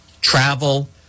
travel